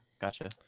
gotcha